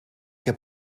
heb